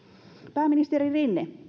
pääministeri rinne